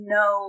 no